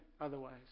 otherwise